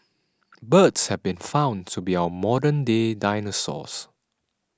birds have been found to be our modern day dinosaurs